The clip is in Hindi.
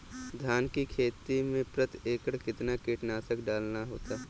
धान की खेती में प्रति एकड़ कितना कीटनाशक डालना होता है?